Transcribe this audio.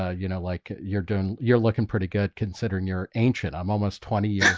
ah you know, like you're doing you're looking pretty good considering you're ancient i'm almost twenty years